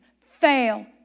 fail